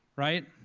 right?